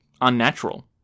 unnatural